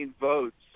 votes